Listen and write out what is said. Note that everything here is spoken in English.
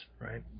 right